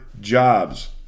jobs